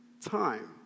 time